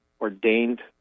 ordained